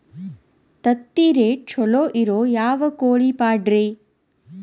ತತ್ತಿರೇಟ್ ಛಲೋ ಇರೋ ಯಾವ್ ಕೋಳಿ ಪಾಡ್ರೇ?